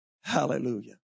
hallelujah